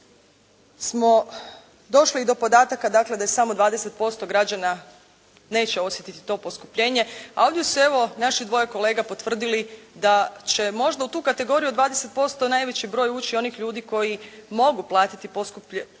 smo došli i do podataka dakle da je samo 20% građana neće osjetiti to poskupljenje a ovdje su evo naše dvoje kolega potvrdili da će možda u tu kategoriju od 20% najveći broj ući onih ljudi koji mogu platiti skuplju,